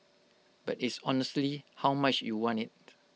but it's honestly how much you want IT